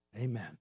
Amen